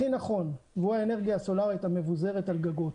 הכי נכון והוא האנרגיה הסולארית המבוזרת על גגות,